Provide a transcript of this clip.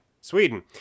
Sweden